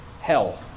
hell